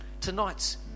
tonight's